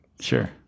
Sure